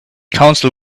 counsel